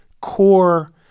core